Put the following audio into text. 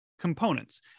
components